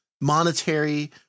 monetary